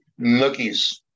nookies